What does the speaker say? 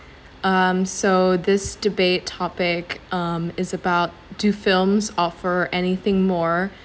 um so this debate topic um is about do films offer anything more